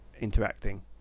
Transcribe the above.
interacting